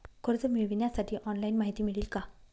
कर्ज मिळविण्यासाठी ऑनलाइन माहिती मिळेल का?